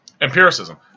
Empiricism